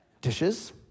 Dishes